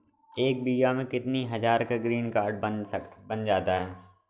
एक बीघा में कितनी हज़ार का ग्रीनकार्ड बन जाता है?